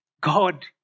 God